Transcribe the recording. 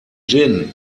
gin